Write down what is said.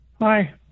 Hi